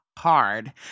hard